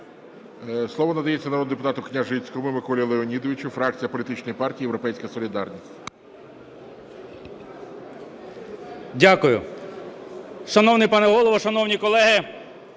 Слово надається народному депутату Княжицькому Миколі Леонідовичу, фракція політичної партії "Європейська солідарність". 10:57:09 КНЯЖИЦЬКИЙ М.Л. Дякую. Шановний пане Голово, шановні колеги!